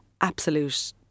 absolute